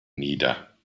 nieder